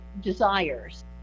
desires